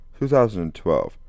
2012